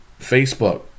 Facebook